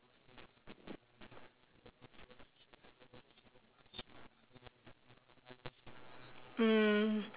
mm